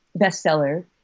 bestseller